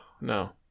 no